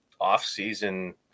off-season